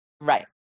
Right